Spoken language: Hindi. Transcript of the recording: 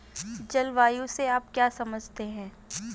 जलवायु से आप क्या समझते हैं?